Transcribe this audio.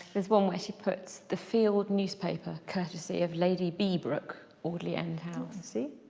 there's one where she puts the field newspaper, courtesy of lady b-brooke, audley end house. you see.